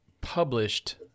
published